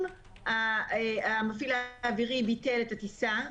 אם המפעיל האווירי ביטל את הטיסה,